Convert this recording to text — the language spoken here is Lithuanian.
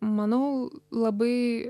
manau labai